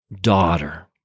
daughter